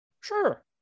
Sure